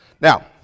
Now